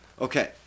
Okay